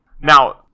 Now